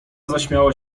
zaśmiała